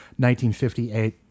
1958